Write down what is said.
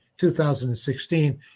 2016